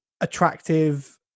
attractive